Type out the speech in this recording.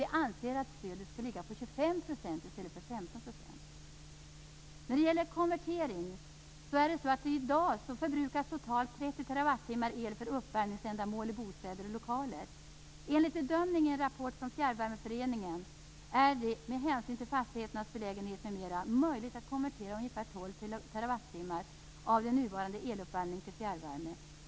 Vi anser att stödet skall ligga på 25 % När det gäller konvertering är det så att det i dag totalt förbrukas 30 TWh el för uppvärmningsändamål i bostäder och lokaler. Enligt bedömning i en rapport från Fjärrvärmeföreningen är det med hänsyn till fastigheternas belägenhet m.m. möjligt att konvertera ungefär 12 TWh av den nuvarande eluppvärmningen till fjärrvärme.